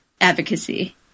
advocacy